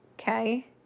Okay